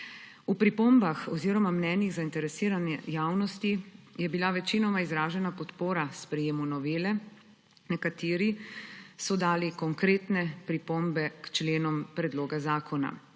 V pripombah oziroma mnenjih zainteresirane javnosti je bila večinoma izražena podpora sprejemu novele, nekateri so dali konkretne pripombe k členom predloga zakona.